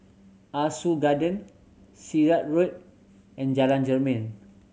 Ah Soo Garden Sirat Road and Jalan Jermin